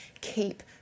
keep